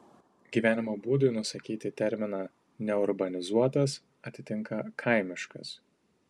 gyvenimo būdui nusakyti terminą neurbanizuotas atitinka kaimiškas